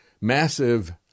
massive